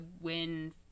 win